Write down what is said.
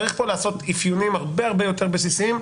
צריך לעשות פה אפיונים שהם הרבה יותר בסיסיים.